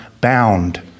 bound